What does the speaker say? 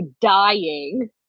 dying